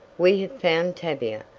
we have found tavia,